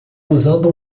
usando